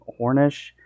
Hornish